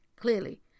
clearly